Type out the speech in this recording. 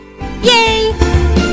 Yay